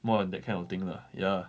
more on that kind of thing lah ya